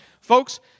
Folks